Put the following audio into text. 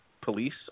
police